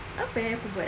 apa eh aku buat eh